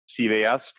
CVS